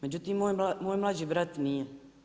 Međutim, moj mlađi brat nije.